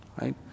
right